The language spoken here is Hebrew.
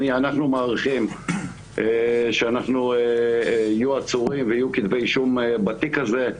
אנחנו מעריכים שיהיה עצורים ויהיו כתבי אישום בתיק הזה,